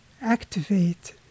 activate